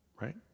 Right